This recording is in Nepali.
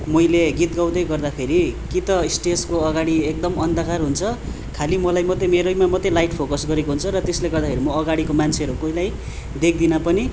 मैले गीत गाउँदै गर्दाखेरि कि त स्टेजको अगाडि एकदम अन्धकार हुन्छ खालि मलाई मात्रै मेरैमा मात्रै लाइट फोकस गरेको हुन्छ र त्यसले गर्दाखेरि म अगाडिको मान्छेहरू कसैलाई देख्दिनँ पनि